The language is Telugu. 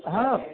ఆహా